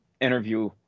interview